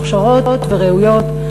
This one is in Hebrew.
מוכשרות וראויות,